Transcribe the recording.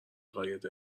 عقاید